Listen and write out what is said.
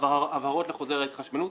הבהרות לחוזר ההתחשבנות.